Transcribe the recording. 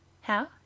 How